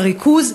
בריכוז,